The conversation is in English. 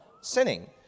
sinning